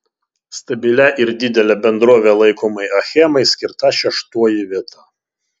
stabilia ir didele bendrove laikomai achemai skirta šeštoji vieta